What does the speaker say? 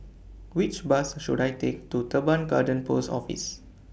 Which Bus should I Take to Teban Garden Post Office